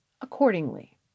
accordingly